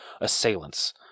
Assailants